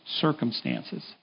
circumstances